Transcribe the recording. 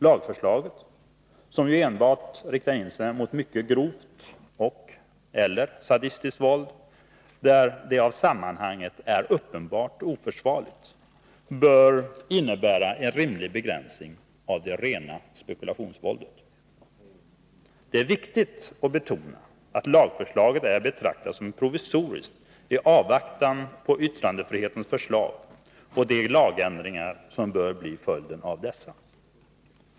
Lagförslaget — som ju enbart riktar in sig på mycket grovt och/eller sadistiskt våld, där det av sammanhanget är uppenbart oförsvarligt — bör innebära en rimlig begränsning av det rena spekulationsvåldet. Det är viktigt att betona att lagförslaget är att betrakta som provisoriskt i avvaktan på yttrandefrihetsutredningens förslag och de lagändringar som bör bli följden av dessa.